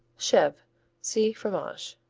chevre see fromages.